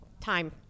time